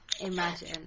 imagine